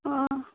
ꯑꯥ